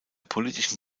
politischen